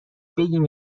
بگیم